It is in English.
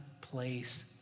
place